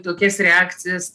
tokias reakcijas